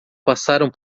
passaram